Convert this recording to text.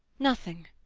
nothing.